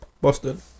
Boston